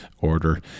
order